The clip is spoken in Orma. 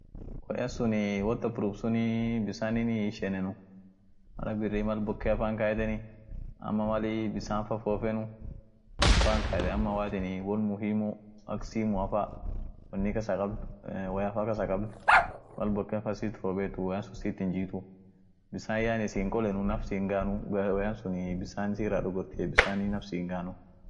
brekinii ak ishin huji midaasit, breki ta biskiilia iyoo ta garianen, ishin yote. huji tokotu kabdie hujin brekian ishinii mal gaari. speedi kas jir, speeedi garia au beskeelia sun punguuzitie. ama mal gaarin au biskiilin ijeno feet, brekiit ijechiisai. brekiit won wolba midaas won ijenoatif speedi punguuzatia akin laan ijeem hujin sun yote huji brekiat,